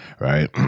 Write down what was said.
right